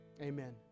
amen